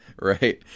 Right